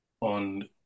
on